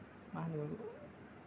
मा होनोमोनलाय